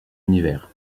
univers